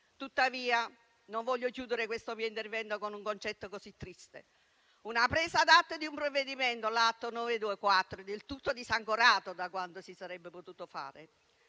Tuttavia, non voglio concludere questo mio intervento con un concetto così triste, una presa d'atto di un provvedimento, l'Atto Senato 924, del tutto disancorato da quanto si sarebbe potuto fare.